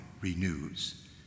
renews